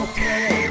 Okay